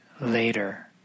later